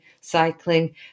cycling